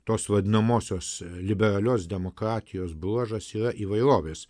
tos vadinamosios liberalios demokratijos bruožas yra įvairovės